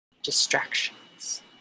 distractions